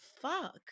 fuck